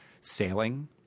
sailing